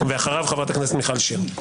אחריו חברת הכנסת מיכל שיר.